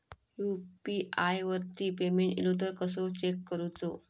UPI वरती payment इलो तो कसो चेक करुचो?